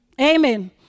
Amen